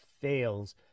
fails